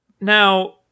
Now